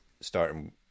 starting